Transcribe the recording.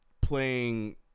playing